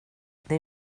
det